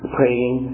praying